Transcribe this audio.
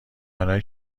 آنهایی